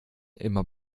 immer